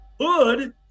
hood